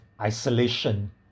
isolation